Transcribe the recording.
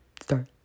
start